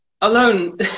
alone